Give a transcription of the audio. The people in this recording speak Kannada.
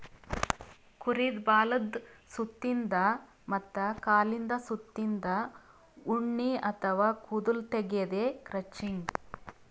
ಕುರಿದ್ ಬಾಲದ್ ಸುತ್ತಿನ್ದ ಮತ್ತ್ ಕಾಲಿಂದ್ ಸುತ್ತಿನ್ದ ಉಣ್ಣಿ ಅಥವಾ ಕೂದಲ್ ತೆಗ್ಯದೆ ಕ್ರಚಿಂಗ್